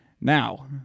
Now